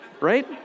Right